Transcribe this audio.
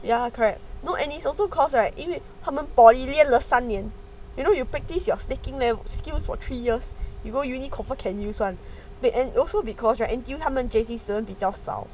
ya correct no and it's also because right 因为他们 polytechnic 练了三年 you know you practice you are seeking new skills for three years you go university can use one and also right they also because you know 他们 J_C student 比较少